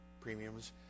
premiums